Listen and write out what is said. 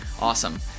Awesome